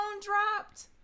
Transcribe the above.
dropped